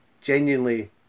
genuinely